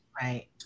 Right